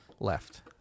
Left